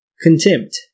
Contempt